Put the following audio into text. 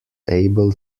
able